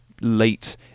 late